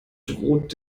droht